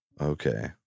Okay